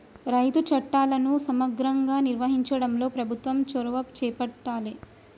రైతు చట్టాలను సమగ్రంగా నిర్వహించడంలో ప్రభుత్వం చొరవ చేపట్టాలె